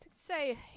Say